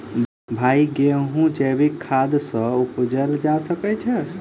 भाई गेंहूँ जैविक खाद सँ उपजाल जा सकै छैय?